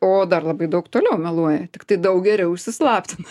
o dar labai daug toliau meluoja tiktai daug geriau užsislaptina